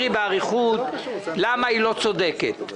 לדעתי ליצמן לא קיצץ את זה,